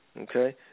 Okay